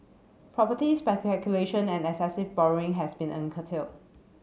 property and excessive borrowing has been curtailed